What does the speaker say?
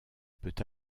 peut